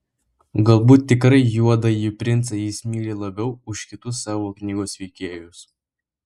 galbūt tikrai juodąjį princą jis myli labiau už kitus savo knygos veikėjus